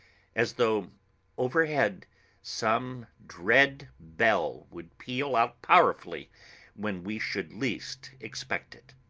as though overhead some dread bell would peal out powerfully when we should least expect it.